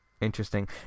Interesting